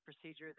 procedure